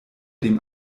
dem